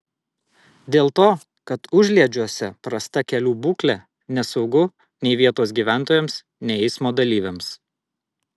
dėl to kad užliedžiuose prasta kelių būklė nesaugu nei vietos gyventojams nei eismo dalyviams